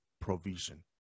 provision